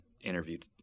interviewed